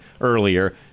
earlier